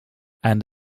and